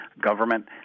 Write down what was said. government